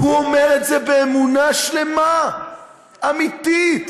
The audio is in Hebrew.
הוא אומר את זה באמונה שלמה, אמיתית.